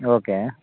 okay